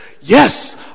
yes